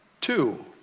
two